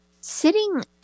Sitting